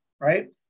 right